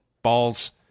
Balls